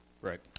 Right